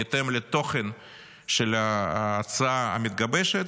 בהתאם לתוכן של ההצעה המתגבשת,